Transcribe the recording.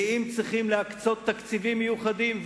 ואם צריך להקצות תקציבים מיוחדים,